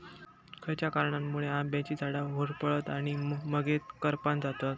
खयच्या कारणांमुळे आम्याची झाडा होरपळतत आणि मगेन करपान जातत?